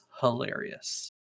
hilarious